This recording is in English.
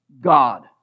God